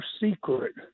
secret